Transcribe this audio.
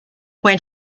when